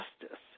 justice